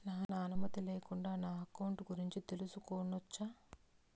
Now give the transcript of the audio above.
నా అనుమతి లేకుండా నా అకౌంట్ గురించి తెలుసుకొనొచ్చా?